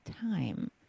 time